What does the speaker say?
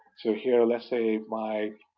so here, let's say my